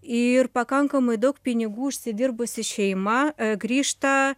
ir pakankamai daug pinigų užsidirbusi šeima grįžta